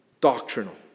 doctrinal